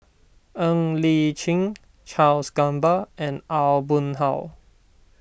Ng Li Chin Charles Gamba and Aw Boon Haw